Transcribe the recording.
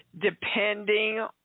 depending